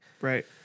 Right